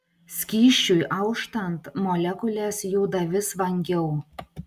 skysčiui auštant molekulės juda vis vangiau